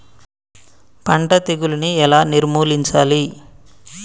పంట తెగులుని ఎలా నిర్మూలించాలి?